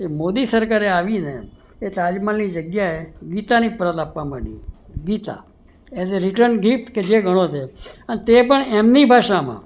મોદી સરકારે આવીને એ તાજમહેલની જગ્યા એ ગીતાની પ્રત આપવા માંડી ગીતા એટલે રિટર્ન ગિફ્ટ કે જે ગણો તે અને તે પણ એમની ભાષામાં